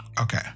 Okay